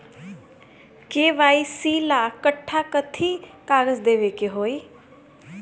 KYC ला कट्ठा कथी कागज देवे के होई?